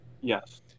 yes